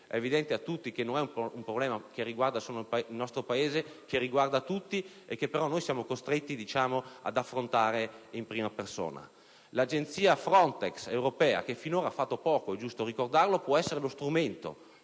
è evidente a tutti che questo non è un problema che riguarda solo l'Italia, ma riguarda tutti, e che però noi siamo costretti ad affrontare in prima persona. L'agenzia europea FRONTEX, che finora ha fatto poco (è giusto ricordarlo), può essere lo strumento